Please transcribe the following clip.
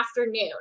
afternoon